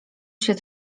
się